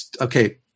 Okay